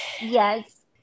Yes